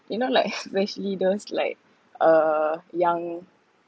you know like especially those like uh young